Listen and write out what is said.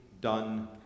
done